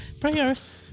prayers